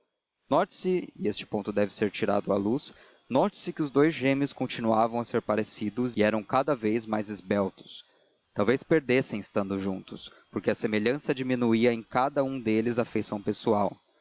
note-se e este ponto deve ser tirado à luz note-se que os dous gêmeos continuavam a ser parecidos e eram cada vez mais esbeltos talvez perdessem estando juntos porque a semelhança diminuía em cada um deles a feição pessoal